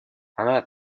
она